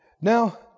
Now